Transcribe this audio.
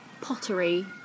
pottery